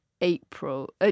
April